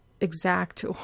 exact